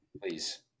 please